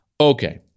Okay